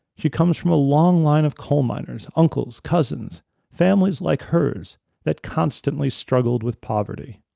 she comes from a long line of coal miners uncles, cousins families like hers that constantly struggled with poverty.